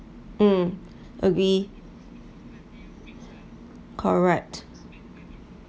mm agree correct